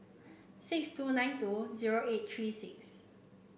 six two nine two zero eight three six